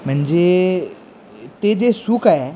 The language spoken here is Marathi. म्हणजे ते जे सुख आहे